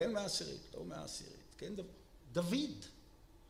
כן מעשירית, לא מעשירית, כן דוד... דוד...